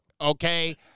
okay